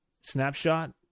snapshot